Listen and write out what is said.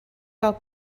gael